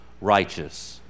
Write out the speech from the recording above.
righteous